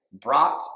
brought